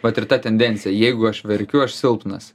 vat ir ta tendencija jeigu aš verkiu aš silpnas